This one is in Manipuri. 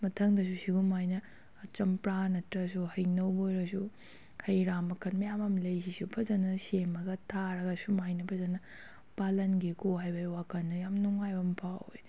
ꯃꯊꯪꯗ ꯁꯤꯒꯨꯝꯃꯥꯏꯅ ꯆꯝꯄ꯭ꯔꯥ ꯅꯠꯇ꯭ꯔꯁꯨ ꯍꯩꯅꯣ ꯑꯣꯏꯔꯁꯨ ꯍꯩ ꯔꯥ ꯃꯈꯜ ꯃꯌꯥꯝ ꯑꯃ ꯂꯩꯁꯤꯁꯨ ꯐꯖꯅ ꯁꯦꯝꯃꯒ ꯊꯥꯔꯒ ꯁꯨꯃꯥꯏꯅ ꯐꯖꯅ ꯄꯥꯟꯍꯟꯒꯦꯀꯣ ꯍꯥꯏꯕꯒꯤ ꯋꯥꯈꯜꯗ ꯌꯥꯝ ꯅꯨꯡꯉꯥꯏꯕ ꯑꯃ ꯐꯥꯎꯋꯦ